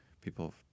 people